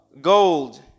Gold